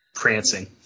Prancing